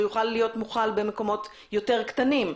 יוכל להיות מוחל במקומות יותר קטנים.